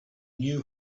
knew